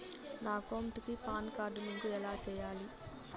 నా అకౌంట్ కి PAN card link ఎలా సేయాలి